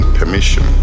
permission